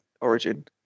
origin